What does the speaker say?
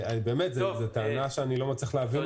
זו טענה שאני לא מצליח להבין אותה.